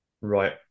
Right